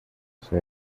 soy